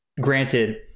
granted